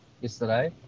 yesterday